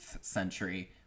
century